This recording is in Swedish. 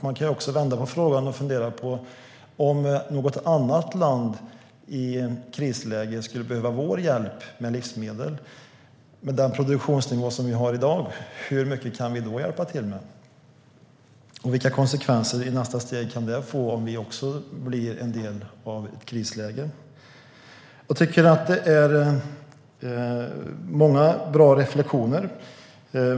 Man kan också vända på frågan och fundera på ifall något annat land i krisläge skulle behöva vår hjälp med livsmedel, hur mycket kan vi då hjälpa till med med den produktionsnivå vi har i dag? Och vilka konsekvenser kan det få i nästa steg, ifall vi också hamnar i ett krisläge? Det finns många bra reflektioner.